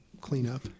cleanup